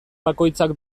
bakoitzak